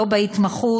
לא בהתמחות.